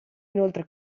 inoltre